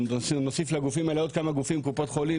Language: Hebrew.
נוסיף לגופים האלה עוד גופים קופות חולים,